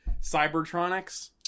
cybertronics